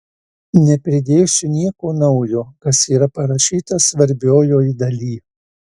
nepridėsiu nieko naujo kas yra parašyta svarbiojoj daly